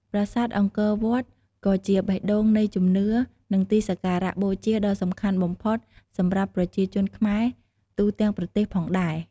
ប្រាសាទអង្គរវត្តក៏ជា បេះដូងនៃជំនឿ និងទីសក្ការៈបូជាដ៏សំខាន់បំផុតសម្រាប់ប្រជាជនខ្មែរទូទាំងប្រទេសផងដែរ។